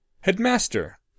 Headmaster